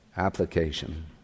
application